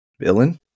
villain